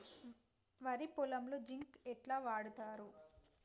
వరి పొలంలో జింక్ ఎట్లా వాడుతరు?